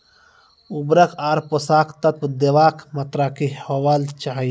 उर्वरक आर पोसक तत्व देवाक मात्राकी हेवाक चाही?